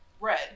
red